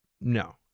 No